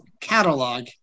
catalog